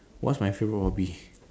what's my favourite hobby